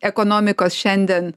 ekonomikos šiandien